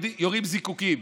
יורים זיקוקים.